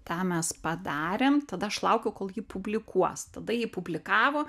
tą mes padarėm tada aš laukiau kol jį publikuos tada jį publikavo